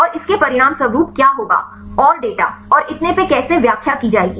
और इसके परिणामस्वरूप क्या होगा और डेटा और इतने पर कैसे व्याख्या की जाएगी